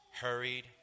hurried